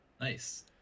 Nice